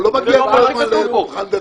הוא לא מגיע לפולחן דתי כל היום.